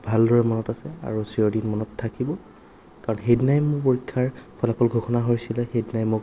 ভালদৰে মনত আছে আৰু চিৰদিন মনত থাকিব কাৰণ সেইদিনাই মোৰ পৰীক্ষাৰ ফলাফল ঘোষণা হৈছিল সেইদিনাই মোক